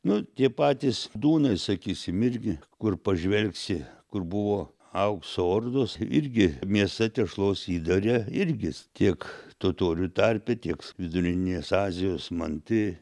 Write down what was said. nu tie patys dūnai sakysim irgi kur pažvelgsi kur buvo aukso ordos irgi mėsa tešlos įdare irgi s tik totorių tarpe tieks vidurinės azijos manti